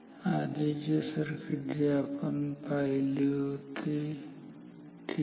आधीचे सर्किट जे आपण पाहिले होते ठीक आहे